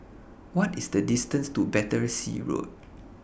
What IS The distance to Battersea Road